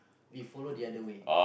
we follow the other way